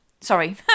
sorry